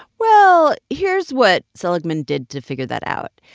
well, here's what seligman did to figure that out.